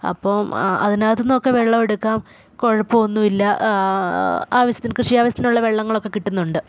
അപ്പം അതിനകത്തുനിന്നൊക്കെ വെള്ളമെടുക്കാം കുഴപ്പമൊന്നും ഇല്ല ആവശ്യത്തിന് കൃഷി ആവശ്യത്തിനുള്ള വെള്ളങ്ങളൊക്കെ കിട്ടുന്നുണ്ട്